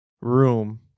room